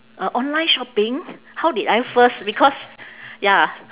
uh online shopping how did I first because ya